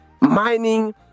mining